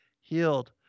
healed